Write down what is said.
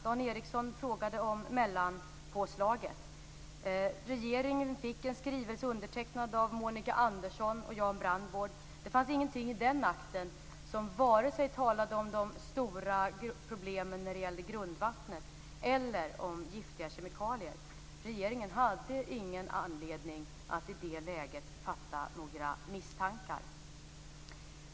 Dan Ericsson frågade om det s.k. mellanpåslaget. Regeringen har fått en skrivelse undertecknad av Monica Andersson och Jan Brandborn. Det fanns ingenting i den som talade vare sig om de stora problemen när det gällde grundvattnet eller om giftiga kemikalier. Regeringen hade i det läget ingen anledning att fatta några misstankar.